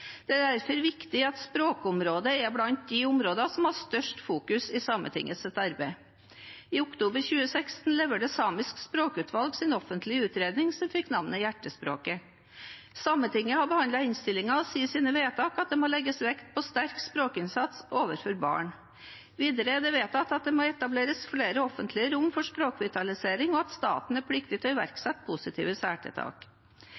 Det er derfor viktig at språkområdet er blant de områder som har størst fokus i Sametingets arbeid. I oktober 2016 leverte Samisk språkutvalg sin offentlige utredning som fikk navnet Hjertespråket. Sametinget har behandlet innstillingen og sier i sine vedtak at det må legges vekt på sterk språkinnsats overfor barn. Videre er det vedtatt at det må etableres flere offentlige rom for språkvitalisering, og at staten er pliktig til å